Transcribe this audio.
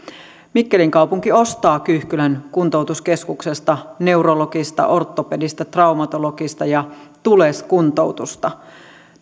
mikkelin kaupunki ostaa kyyhkylän kuntoutuskeskuksesta neurologista ortopedista traumatologista ja tules kuntoutusta